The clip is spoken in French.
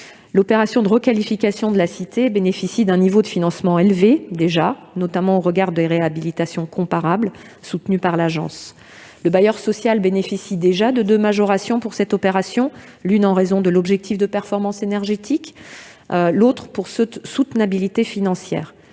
L'opération de requalification de la cité de l'Abreuvoir bénéficie d'un niveau de financement élevé, notamment au regard de réhabilitations comparables soutenues par l'ANRU. Le bailleur social bénéficie déjà de deux majorations pour cette opération, l'une en raison de l'objectif de performance énergétique des logements, l'autre pour soutenabilité financière.